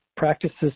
Practices